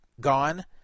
gone